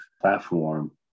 platform